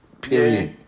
Period